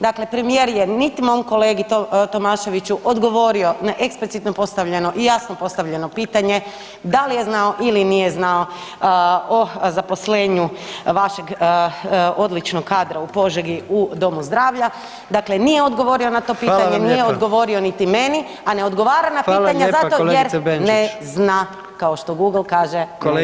Dakle, premijer je niti mom kolegi Tomaševiću odgovorio na eksplicitno postavljeno i jasno postavljeno pitanje dal je znao ili nije znao o zaposlenju vašeg odličnog kadra u Požegi u domu zdravlja, dakle nije odgovorio na to pitanje [[Upadica: Hvala vam lijepa]] nije odgovorio niti meni, a ne odgovara na pitanje zato jer [[Upadica: Hvala kolegice Benčić]] ne zna kao što Google kaže ne zna.